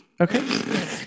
Okay